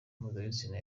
mpuzabitsina